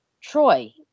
Troy